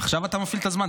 עכשיו אתה מפעיל את הזמן?